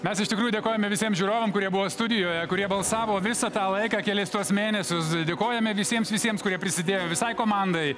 mes iš tikrųjų dėkojame visiem žiūrovam kurie buvo studijoje kurie balsavo visą tą laiką kelis tuos mėnesius dėkojame visiems visiems kurie prisidėjo visai komandai